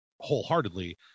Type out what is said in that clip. wholeheartedly